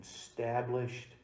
established